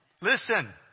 Listen